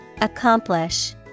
Accomplish